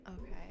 Okay